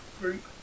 group